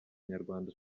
nyarwanda